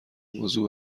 موضوع